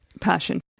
passion